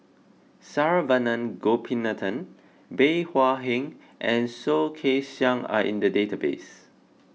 Saravanan Gopinathan Bey Hua Heng and Soh Kay Siang are in the database